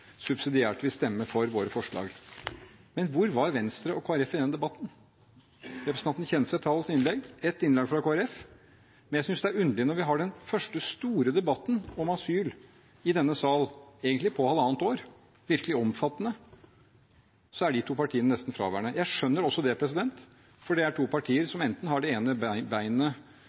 subsidiært vil stemme for våre forslag, men hvor var Venstre og Kristelig Folkeparti i denne debatten? Representanten Kjenseth har holdt innlegg, og det var ett innlegg fra Kristelig Folkeparti, men jeg synes det er underlig at når vi har den første store, virkelig omfattende, debatten om asyl i denne sal på egentlig halvannet år, er de to partiene nesten fraværende. Jeg skjønner også det, for det er to partier som enten kanskje har det ene beinet